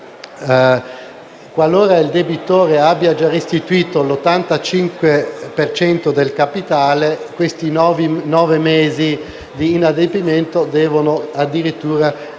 qualora il debitore abbia già restituito l'85 per cento del capitale questi nove mesi di inadempimento devono addirittura diventare